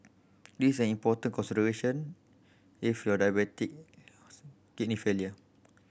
this is an important consideration if you are diabetic kidney failure